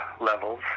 levels